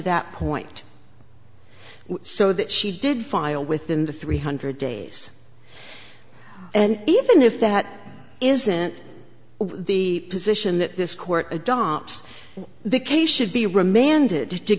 that point so that she did file within the three hundred days and even if that isn't the position that this court adopts the case should be remanded